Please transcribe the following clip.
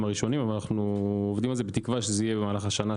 הראשונים אבל תקווה שיהיה במהלך השנה,